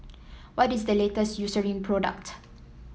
what is the Eucerin product